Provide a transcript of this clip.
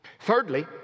Thirdly